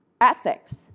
ethics